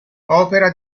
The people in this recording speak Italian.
opera